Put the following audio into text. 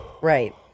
Right